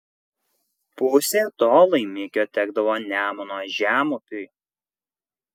pusė to laimikio tekdavo nemuno žemupiui